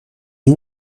این